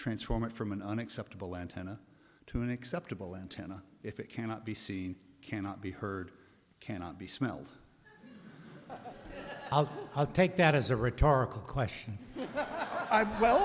transform it from an unacceptable antenna to an acceptable antenna if it cannot be seen cannot be heard cannot be smelled alcohol i'll take that as a rhetorical question well